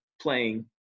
playing